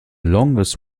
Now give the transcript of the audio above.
longest